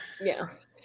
Yes